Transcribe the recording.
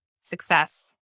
success